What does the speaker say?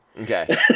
Okay